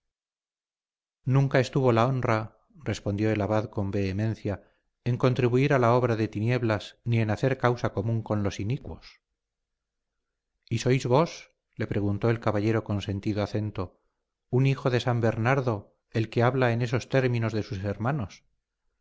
nunca estuvo la honra respondió el abad con vehemencia en contribuir a la obra de tinieblas ni en hacer causa común con los inicuos y sois vos le preguntó el caballero con sentido acento un hijo de san bernardo el que habla en esos términos de sus hermanos